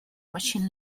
machine